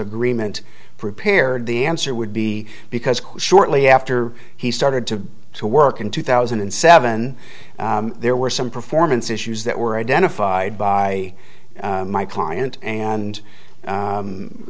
agreement prepared the answer would be because shortly after he started to to work in two thousand and seven there were some performance issues that were identified by my client and